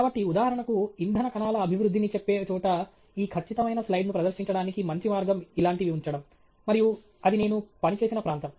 కాబట్టి ఉదాహరణకు ఇంధన కణాల అభివృద్ధిని చెప్పే చోట ఈ ఖచ్చితమైన స్లైడ్ను ప్రదర్శించడానికి మంచి మార్గం ఇలాంటివి ఉంచడం మరియు అది నేను పని చేసిన ప్రాంతం